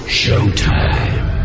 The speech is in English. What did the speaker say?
showtime